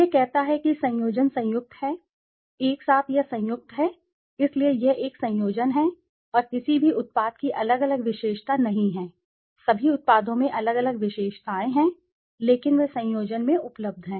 यह कहता है कि संयोजन संयुक्त है एक साथ या संयुक्त है इसलिए यह एक संयोजन है और किसी भी उत्पाद की अलग अलग विशेषताएं नहीं हैं सभी उत्पादों में अलग अलग विशेषताएं हैं लेकिन वे संयोजन में उपलब्ध हैं